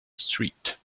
street